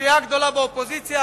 הסיעה הגדולה באופוזיציה,